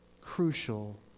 crucial